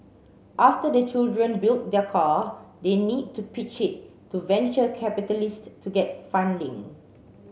after the children build their car they need to pitch it to venture capitalists to get funding